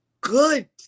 good